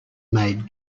made